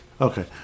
Okay